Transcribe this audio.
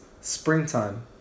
springtime